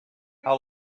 how